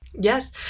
Yes